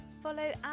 Follow